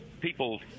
people